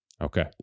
Okay